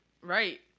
Right